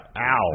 Ow